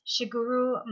Shiguru